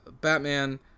Batman